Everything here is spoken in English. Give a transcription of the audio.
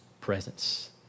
presence